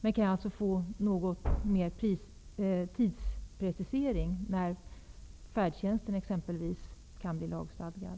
Jag undrar om jag kan få preciserat litet mer när färdtjänsten kan bli lagstadgad.